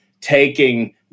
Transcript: taking